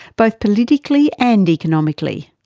both politically and economically?